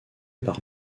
par